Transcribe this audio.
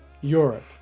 Europe